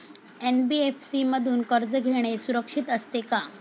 NBFC मधून कर्ज घेणे सुरक्षित असते का?